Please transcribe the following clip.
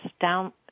down